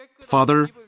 Father